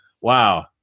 Wow